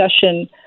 discussion